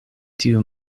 tiu